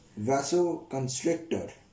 vasoconstrictor